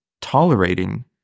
tolerating